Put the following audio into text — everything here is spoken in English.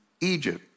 Egypt